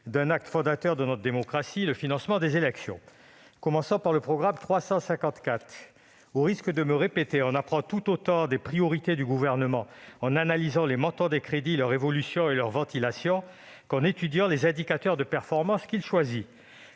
de l'acte fondateur de notre démocratie : le financement des élections. Commençons par le programme 354. Au risque de me répéter, on apprend tout autant des priorités du Gouvernement en analysant les montants des crédits, leur évolution et leur ventilation qu'en étudiant les indicateurs de performance qu'il choisit.